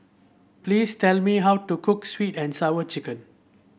please tell me how to cook sweet and Sour Chicken